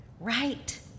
right